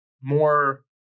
more